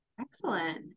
Excellent